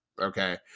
okay